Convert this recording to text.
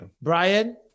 Brian